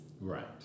right